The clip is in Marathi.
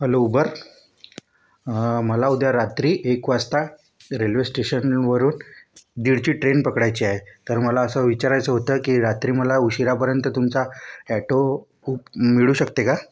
हॅलो उबर मला उद्या रात्री एक वाजता रेल्वे स्टेशनवरून दीडची ट्रेन पकडायची आहे तर मला असं विचारायचं होतं की रात्री मला उशिरापर्यंत तुमचा ॲटो मिळू शकते का